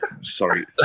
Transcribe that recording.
Sorry